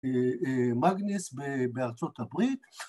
‫מאגניס בארצות הברית.